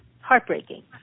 Heartbreaking